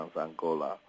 Angola